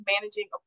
managing